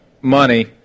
money